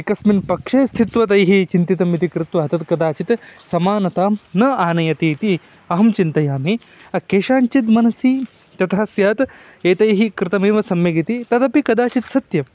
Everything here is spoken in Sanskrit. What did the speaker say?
एकस्मिन् पक्षे स्थित्वा तैः चिन्तितम् इति कृत्वा तद् कदाचित् समानतां न आनयतीति अहं चिन्तयामि केषाञ्चिद् मनसि तथा स्यात् एतैः कृतमेव सम्यगिति तदपि कदाचित् सत्यम्